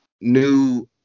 New